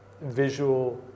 visual